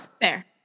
Fair